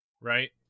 right